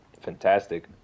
fantastic